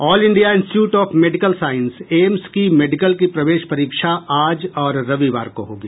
all India institute of medical science AIIMS की medical की प्रवेश परीक्षा आज और रविवार को होगी